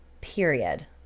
period